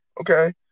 okay